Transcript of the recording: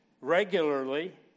regularly